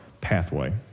pathway